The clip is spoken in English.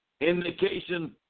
indication